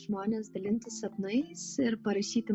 žmones dalintis sapnais ir parašyti